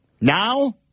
Now